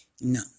No